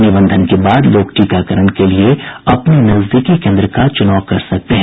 निबंधन के बाद लोग टीकाकरण के लिए अपने नजदीकी केन्द्र का चुनाव कर सकते हैं